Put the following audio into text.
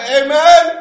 amen